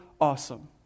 awesome